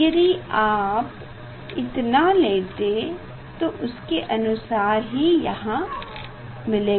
यदि इसे आप इतना लेते है तो उसके अनुसार ही यहाँ मिलेगा